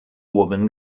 woman